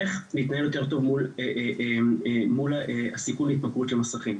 איך להתנהל יותר טוב מול הסיכון להתמכרות למסכים.